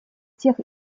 тех